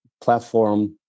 platform